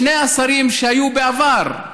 שני השרים שהיו בעבר,